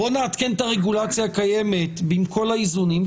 בוא נעדכן את הרגולציה הקיימת בין כל האיזונים,